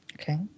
Okay